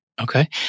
Okay